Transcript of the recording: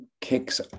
kicks